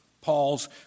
Paul's